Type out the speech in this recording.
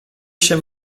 się